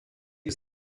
que